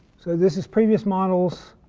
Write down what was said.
so this is previous models.